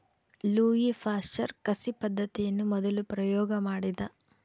Louis Pasteur ಕಸಿ ಪದ್ದತಿಯನ್ನು ಮೊದಲು ಪ್ರಯೋಗ ಮಾಡಿದ